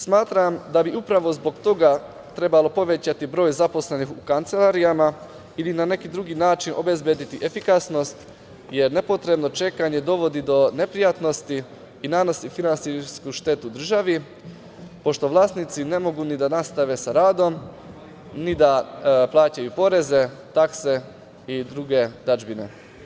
Smatram da bi upravo zbog toga trebalo povećati broj zaposlenih u kancelarijama ili na neki drugi način obezbediti efikasnost, jer nepotrebno čekanje dovodi do neprijatnosti i nanosi finansijsku štetu državi, pošto vlasnici ne mogu ni da nastave sa radom, ni da plaćaju poreze, takse i druge dažbine.